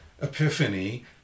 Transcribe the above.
epiphany